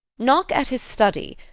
knock at his study,